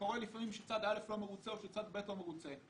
קורה לפעמים שצד א' לא מרוצה או שצד ב' לא מרוצה.